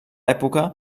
època